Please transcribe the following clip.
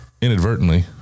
inadvertently